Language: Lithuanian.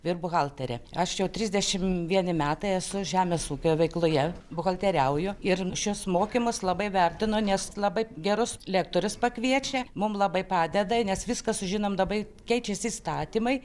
vyr buhalterė aš jau trisdešimt vieni metai esu žemės ūkio veikloje buhalteriauju ir šiuos mokymus labai vertinu nes labai gerus lektorius pakviečia mum labai padeda nes viską sužinom labai keičiasi įstatymai